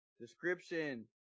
description